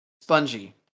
spongy